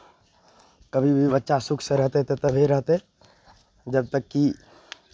कभी भी बच्चा सुखसँ रहतै तऽ तभी रहतै जब तक कि